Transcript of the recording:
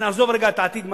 ונעזוב רגע את העתיד,